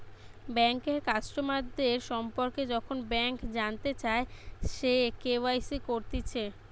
বেঙ্কের কাস্টমারদের সম্পর্কে যখন ব্যাংক জানতে চায়, সে কে.ওয়াই.সি করতিছে